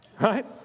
right